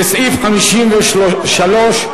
לסעיף 53,